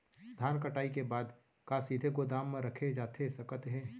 धान कटाई के बाद का सीधे गोदाम मा रखे जाथे सकत हे?